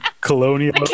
colonial